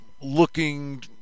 looking